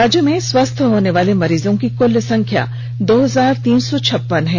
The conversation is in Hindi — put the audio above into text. राज्य में स्वस्थ होने वाले मरीजों की कुल संख्या दो हजार तीन सौ छप्पन है